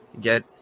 get